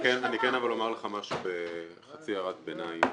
אני כן אומר לך משהו בחצי הערת ביניים.